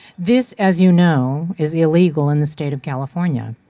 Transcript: this, as you know is illegal in the state of california.